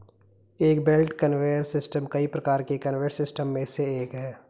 एक belt conveyor system कई प्रकार के कन्वेयर सिस्टम में से एक है